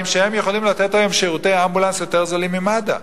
שהם יכולים לתת היום שירותי אמבולנס יותר זולים ממד"א.